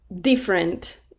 different